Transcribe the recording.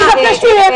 אני מבקשת ממך,